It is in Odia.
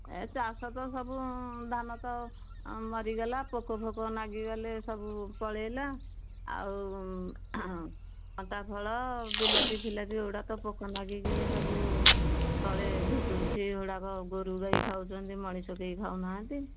ଏ ଚାଷ ତ ସବୁ ଧାନ ତ ଅଁ ମରିଗଲା ପୋକଫୋକ ନାଗିଗଲେ ସବୁ ପଳେଇଲା ଆଉ କଣ୍ଟାଫଳ ବିଲାତି ଫିଲାତି ଏଉଡ଼ା ତ ପୋକ ନାଗିକିନି ସବୁ ତଳେ ଘୁସୁରୁଛି ଏଗୁଡ଼ାକ ଗୋରୁଗାଈ ଖାଉଛନ୍ତି ମଣିଷ କେହି ଖାଉନାହାନ୍ତି